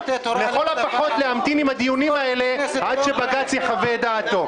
לכל הפחות להמתין עם הדיונים האלה עד שבג"ץ יחווה את דעתו.